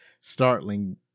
startling